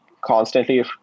constantly